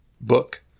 book